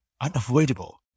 unavoidable